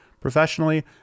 Professionally